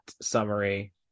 summary